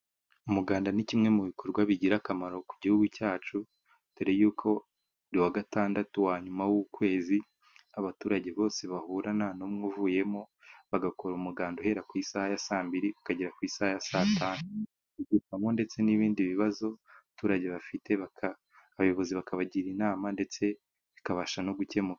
Umuganda ni kimwe mu bikorwa bigira akamaro ku gihugu cyacu, dore y'uko buri wa gatandatu wa nyuma w'ukwezi abaturage bose bahura nta n'umwe uvuyemo, bagakora umuganda uhera ku isaha ya saa mbiri ukagera ku isaha ya saa tanu, uvugwamo ndetse n'ibindi bibazo abaturage bafite, abayobozi bakabagira inama ndetse bikabasha no gukemuka.